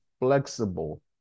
flexible